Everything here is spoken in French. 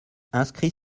inscrit